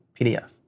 PDF